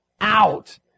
out